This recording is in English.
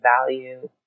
value